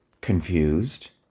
confused